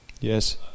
Yes